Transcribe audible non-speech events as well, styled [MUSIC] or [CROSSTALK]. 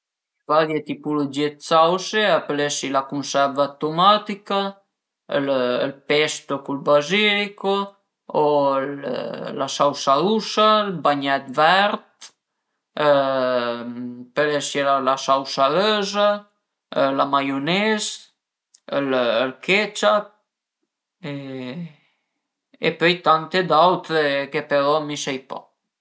A ie varie tipulugìe dë sause, a pöl esi la cunserva dë tumatica, ël pesto cun ël bazilico o la sausa rusa, ël bagnèt vert [HESITATION] a pöl esie la sauza röza, la maiunes, ël ketchup e pöi tante d'autre chë però mi sai pa